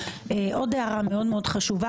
עוד הערה מאוד מאוד חשובה.